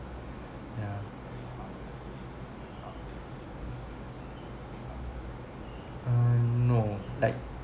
yeah um no like